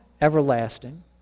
everlasting